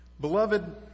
Beloved